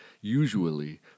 usually